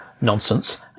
nonsense